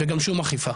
וגם שום אכיפה.